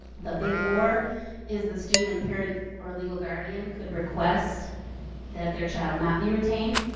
the big or is the student's and parent or legal guardian could request that their child not be retained,